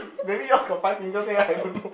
maybe yours got five fingers eh I don't know